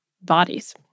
bodies